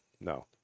No